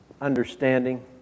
understanding